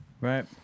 right